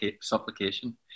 supplication